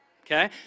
okay